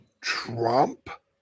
Trump